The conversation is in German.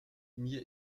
mir